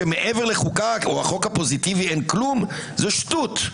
לומר שמעבר לחוק הפוזיטיבי אין כלום, זו שטות.